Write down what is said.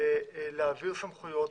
להעביר סמכויות.